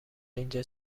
اینجا